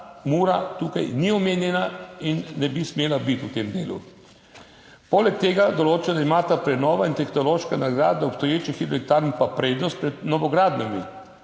Mura tukaj ni omenjena in ne bi smela biti v tem delu. Poleg tega določa, da imata prenova in tehnološka nadgradnja obstoječih hidroelektrarn pa prednost pred novogradnjami.